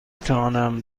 توانم